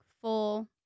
full